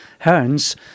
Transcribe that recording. Hearns